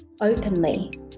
openly